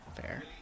fair